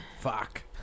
Fuck